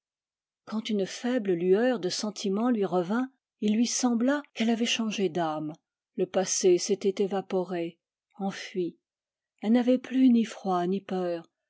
quand une faible lueur de sentiment lui revint il lui sembla qu'elle avait changé d'âme le passé s'était évaporé enfui elle n'avait plus ni froid ni peur